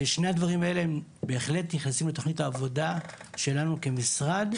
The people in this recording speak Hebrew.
ושני הדברים האלה הם בהחלט נכנסים לתוכנית העבודה שלנו כמשרד,